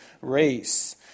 race